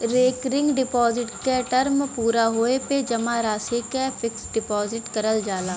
recurring deposit क term पूरा होये पे जमा राशि क फिक्स्ड डिपाजिट करल जाला